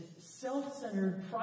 self-centered